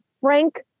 Frank